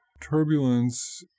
Turbulence